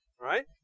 right